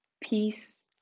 peace